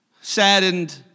saddened